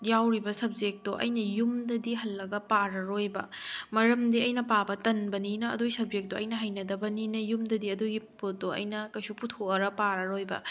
ꯌꯥꯎꯔꯤꯕ ꯁꯞꯖꯦꯛꯇꯣ ꯑꯩꯅ ꯌꯨꯝꯗꯗꯤ ꯍꯜꯂꯒ ꯄꯥꯔꯔꯣꯏꯕ ꯃꯔꯝꯗꯤ ꯑꯩꯅ ꯄꯥꯕ ꯇꯟꯕꯅꯤꯅ ꯑꯗꯨꯒꯤ ꯁꯞꯖꯦꯛꯇꯣ ꯑꯩꯅ ꯍꯩꯅꯗꯕꯅꯤꯅ ꯌꯨꯝꯗꯗꯤ ꯑꯗꯨꯒꯤ ꯄꯣꯠꯇꯣ ꯑꯩꯅ ꯀꯩꯁꯨ ꯄꯨꯊꯣꯛꯑꯒ ꯄꯥꯔꯔꯣꯏꯕ